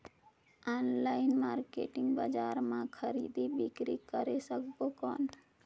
Online market बजार मां खरीदी बीकरी करे सकबो कौन?